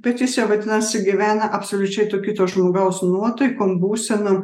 bet jis jau vadinasi gyvena absoliučiai to kito žmogaus nuotaikom būsenom